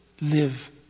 live